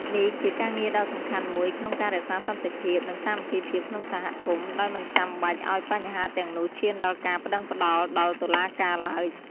នេះជាការងារដ៏សំខាន់មួយក្នុងការរក្សាសន្តិភាព និងសាមគ្គីភាពក្នុងសហគមន៍ ដោយមិនចាំបាច់ឱ្យបញ្ហាទាំងនោះឈានដល់ការប្តឹងប្តល់ដល់តុលាការឡើយ។